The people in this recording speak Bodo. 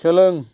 सोलों